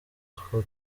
utwo